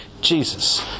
Jesus